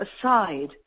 aside